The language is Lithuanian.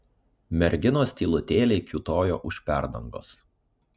merginos tylutėliai kiūtojo už perdangos